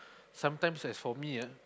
sometimes as for me ah